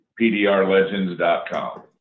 PDRlegends.com